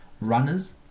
runners